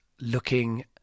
looking